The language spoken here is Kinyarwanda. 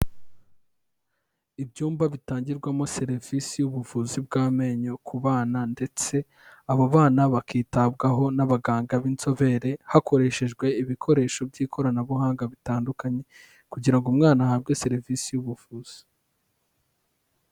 Ibyumba bitangirwamo serivisi y'ubuvuzi bw'amenyo ku bana ndetse abo bana bakitabwaho n'abaganga b'inzobere, hakoreshejwe ibikoresho by'ikoranabuhanga bitandukanye kugira ngo umwana ahabwe serivisi y'ubuvuzi.